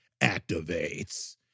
Activates